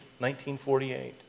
1948